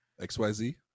XYZ